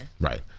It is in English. Right